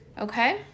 Okay